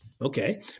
Okay